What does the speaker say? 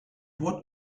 what